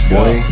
Boy